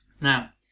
Now